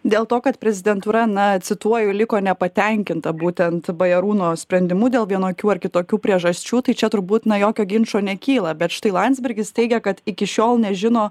dėl to kad prezidentūra na cituoju liko nepatenkinta būtent bajarūno sprendimu dėl vienokių ar kitokių priežasčių tai čia turbūt na jokio ginčo nekyla bet štai landsbergis teigia kad iki šiol nežino